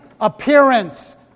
appearance